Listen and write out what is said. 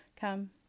Come